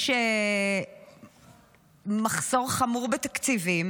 יש מחסור חמור בתקציבים,